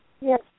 Yes